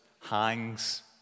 hangs